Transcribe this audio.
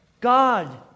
God